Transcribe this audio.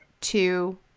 two